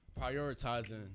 Prioritizing